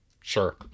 Sure